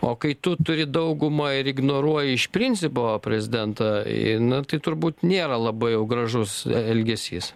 o kai tu turi daugumą ir ignoruoji iš principo prezidentą ir na tai turbūt nėra labai jau gražus elgesys